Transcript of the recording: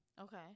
Okay